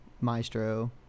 maestro